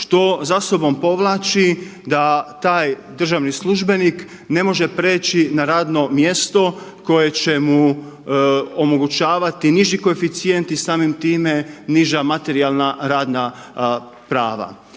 što za sobom povlači da taj državni službenik ne može prijeći na radno mjesto koje će mu omogućavati niži koeficijent i samim time niža materijalna radna prava.